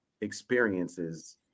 experiences